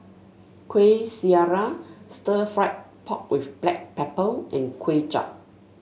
Kuih Syara Stir Fried Pork with Black Pepper and Kway Chap